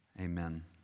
Amen